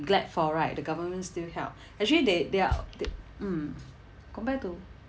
glad for right the government still help actually they they're they mm compare to